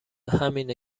همینه